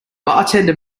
bartender